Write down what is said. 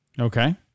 Okay